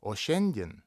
o šiandien